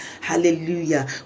Hallelujah